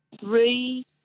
three